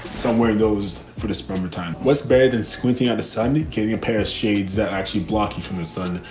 somewhere. those for the sperm or time, what's buried in squinting at the sunday, getting a pair of shades that actually block you from the sun,